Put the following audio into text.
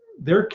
they're,